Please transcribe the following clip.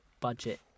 budget